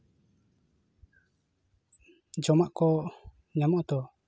ᱡᱚᱢᱟᱜ ᱠᱚ ᱧᱟᱢᱚᱜᱼᱟ ᱛᱚ